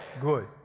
Good